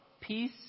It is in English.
peace